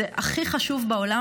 זה הכי חשוב בעולם.